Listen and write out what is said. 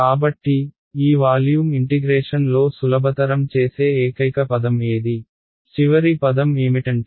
కాబట్టి ఈ వాల్యూమ్ ఇంటిగ్రేషన్లో సులభతరం చేసే ఏకైక పదం ఏది చివరి పదం ఏమిటంటే